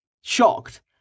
Shocked